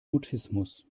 mutismus